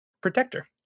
protector